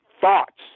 thoughts